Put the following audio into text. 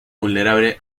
vulnerable